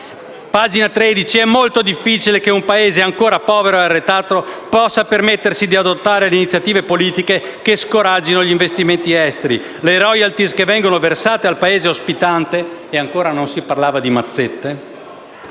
si dice: «è molto difficile che un Paese ancora povero e arretrato possa permettersi di adottare iniziative politiche che scoraggino gli investimenti esteri. Le *royalties* che vengono versate al Paese ospitante,» - ancora non si parlava di mazzette